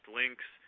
links